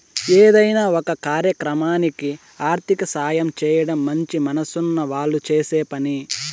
ఏదైనా ఒక కార్యక్రమానికి ఆర్థిక సాయం చేయడం మంచి మనసున్న వాళ్ళు చేసే పని